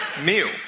Meal